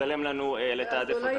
משתלם לנו לתעדף אותם.